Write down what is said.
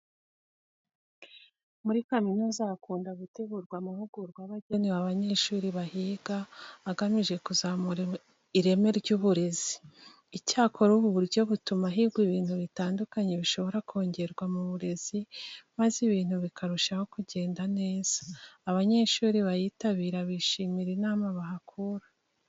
Muri kaminuza hakunda gutegurwa amahugurwa aba agenewe abanyeshuri bahiga agamije kuzamura ireme ry'uburezi. Icyakora, ubu buryo butuma higwa ku bintu bitandukanye bishobora kongerwa mu burezi maze ibintu bikarushaho kugenda neza. Abanyeshuri bayitabira bishimira inama bahakura.